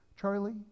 Charlie